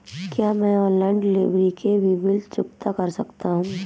क्या मैं online delivery के भी बिल चुकता कर सकता हूँ?